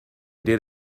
did